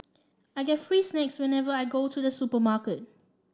I get free snacks whenever I go to the supermarket